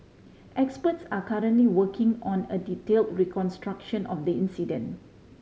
experts are currently working on a detail reconstruction of the incident